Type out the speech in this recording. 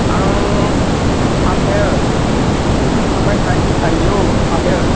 आं आफेल ओमफ्राय थाइजौ आफेल